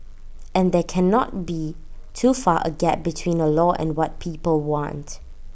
and there cannot be too far A gap between A law and what people want